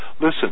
listen